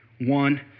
One